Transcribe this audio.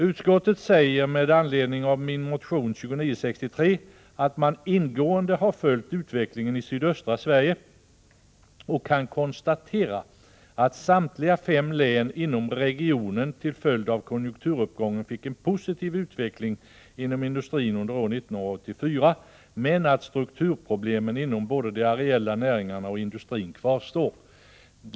Utskottet säger med anledning av min motion 2963 att man ingående har följt utvecklingen i sydöstra Sverige och kan konstatera, att samtliga fem län inom regionen till följd av konjunkturuppgången fick en positiv utveckling inom industrin under år 1984 men att strukturproblemen inom både de areella näringarna och industrin kvarstår.